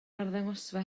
arddangosfa